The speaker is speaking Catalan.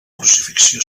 crucifixió